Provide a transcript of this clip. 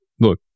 look